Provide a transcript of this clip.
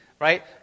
right